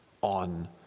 on